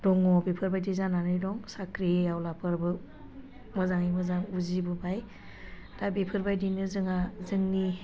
दङ बेफोरबायदि जानानै दं साख्रिआवलाफोरबो मोजाङै मोजां उजिबोबाय दा बेफोरबायदिनो जोङो जोंनि